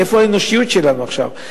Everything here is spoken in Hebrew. איפה האנושיות שלנו עכשיו?